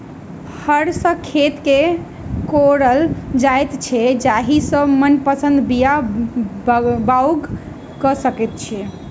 हर सॅ खेत के कोड़ल जाइत छै जाहि सॅ मनपसंद बीया बाउग क सकैत छी